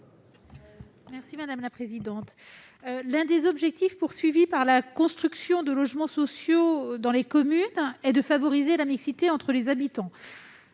Mme Dominique Vérien. L'un des objectifs visés par la construction de logements sociaux dans les communes est de favoriser la mixité entre leurs habitants.